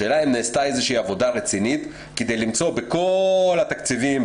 השאלה אם נעשתה איזושהי עבודה רצינית כדי למצוא בכל התקציבים,